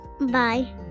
Bye